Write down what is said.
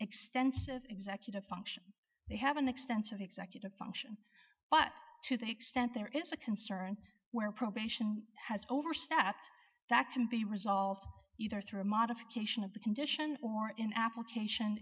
extensive executive function they have an extensive executive function but to the extent there is a concern where probation has overstepped that can be resolved either through a modification of the condition or in application